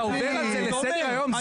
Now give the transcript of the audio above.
תומר, אתה עובר על זה לסדר היום?